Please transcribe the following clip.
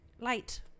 light